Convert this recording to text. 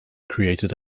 created